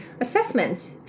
assessments